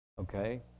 okay